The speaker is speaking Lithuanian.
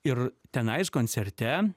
ir tenais koncerte